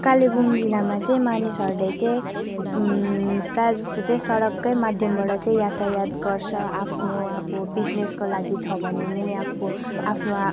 कालेबुङ जिल्लामा चाहिँ मानिसहरूले चाहिँ प्राय जस्तो चाहिँ सडकको माध्यमबाट चाहिँ यातायात गर्छ आफ्नो अब बिजिनेसको लागि छ भने नि आफ्बो आफ्नो